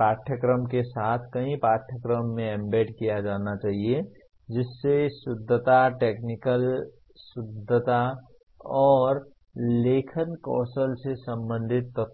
पाठ्यक्रम के साथ कई पाठ्यक्रमों में एम्बेड किया जाना चाहिए जिसमें शुद्धता टेक्निकल शुद्धता और लेखन कौशल से संबंधित तत्व होते हैं